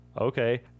Okay